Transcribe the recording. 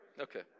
Okay